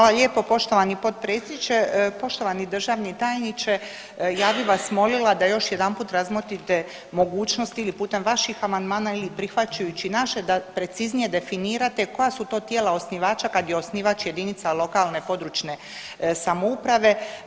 Hvala lijepo poštovani potpredsjedniče, poštovani državni tajniče, ja bi vas molila da još jedanput razmotrite mogućnosti ili putem vaših amandmana ili prihvaćajući naše da preciznije definirate koja su to tijela osnivača kad je osnivač jedinica lokalne i područne samouprave.